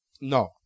No